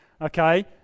Okay